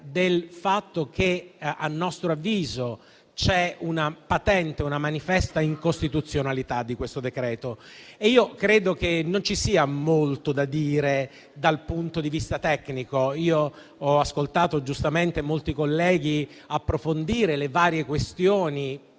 del fatto che, a nostro avviso, c'è una patente e manifesta incostituzionalità di questo decreto. Io credo non ci sia molto da dire dal punto di vista tecnico. Io ho ascoltato molti colleghi approfondire le varie questioni